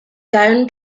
gun